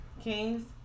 Kings